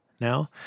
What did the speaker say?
now